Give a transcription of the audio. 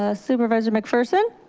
ah supervisor mcpherson.